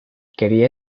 quería